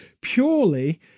purely